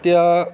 এতিয়া